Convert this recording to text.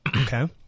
Okay